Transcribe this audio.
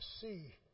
see